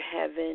heaven